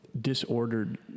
disordered